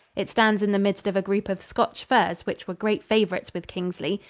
it stands in the midst of a group of scotch firs which were great favorites with kingsley.